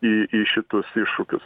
į į šitus iššūkius